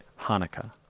Hanukkah